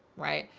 right?